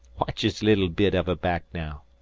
watch his little bit av a back now!